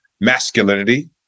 masculinity